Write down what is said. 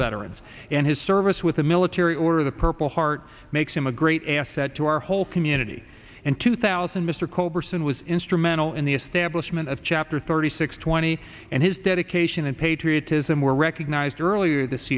veterans and his service with the military or the purple heart makes him a great asset to our whole community in two thousand mr coburn was instrumental in the establishment of chapter thirty six twenty and his dedication and patriotism were recognized earlier this